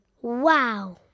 Wow